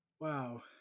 wow